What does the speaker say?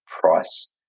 price